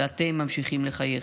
ואתם ממשיכים לחייך.